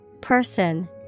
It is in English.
Person